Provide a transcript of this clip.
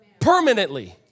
Permanently